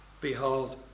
Behold